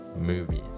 movies